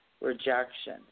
rejection